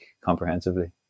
comprehensively